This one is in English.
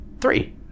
Three